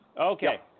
Okay